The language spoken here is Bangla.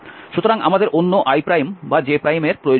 সুতরাং আমাদের অন্য i বা j এর প্রয়োজন নেই